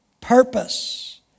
purpose